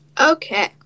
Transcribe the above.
Okay